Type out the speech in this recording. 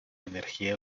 energía